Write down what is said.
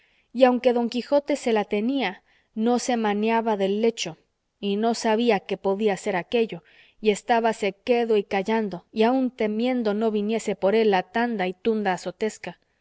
y aunque don quijote se la tenía no se meneaba del lecho y no sabía qué podía ser aquello y estábase quedo y callando y aun temiendo no viniese por él la tanda y tunda azotesca